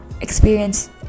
experience